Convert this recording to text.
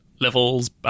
levels